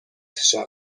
شوند